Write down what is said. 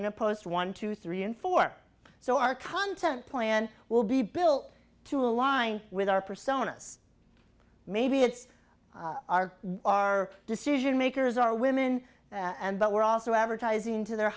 to post one two three and four so our content plan will be built to align with our personas maybe it's our decision makers are women and but we're also advertising to their